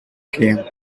game